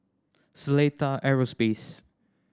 Seletar Aerospace